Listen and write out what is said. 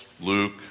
Luke